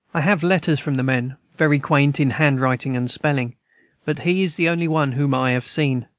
i have letters from the men, very quaint in handwriting and spelling but he is the only one whom i have seen.